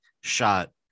shot